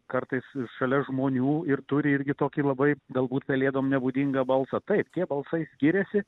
kartais šalia žmonių ir turi irgi tokį labai galbūt pelėdom nebūdingą balsą taip tie balsai skiriasi